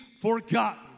forgotten